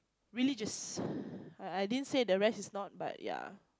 religious I didn't say the rest is not but yeah